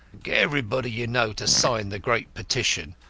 get everybody you know to sign the great petition.